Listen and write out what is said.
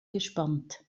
gespannt